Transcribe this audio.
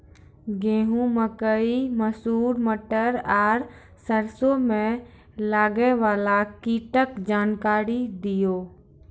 गेहूँ, मकई, मसूर, मटर आर सरसों मे लागै वाला कीटक जानकरी दियो?